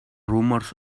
rumors